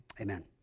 amen